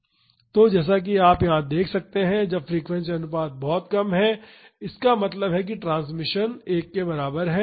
तो जैसा कि आप यहाँ देख सकते हैं जब फ्रीक्वेंसी अनुपात बहुत कम है इसका मतलब है कि ट्रांसमिशन 1 के बराबर है